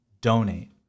donate